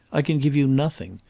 i can give you nothing.